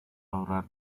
ahorrar